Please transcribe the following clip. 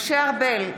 משה ארבל,